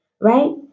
Right